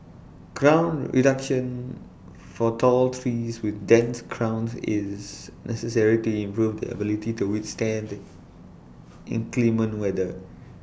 crown reduction for tall trees with dense crowns is necessary to improve their ability to withstand inclement weather